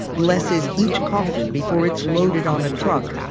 blesses each coffin before it's loaded on a truck.